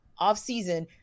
offseason